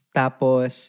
tapos